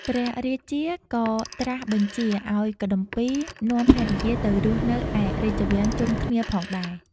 ព្រះរាជាក៏ត្រាស់បញ្ជាឱ្យកុដុម្ពីក៍នាំភរិយាទៅរស់នៅឯរាជវាំងជុំគ្នាផងដែរ។